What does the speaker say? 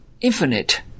infinite